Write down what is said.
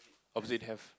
opposite have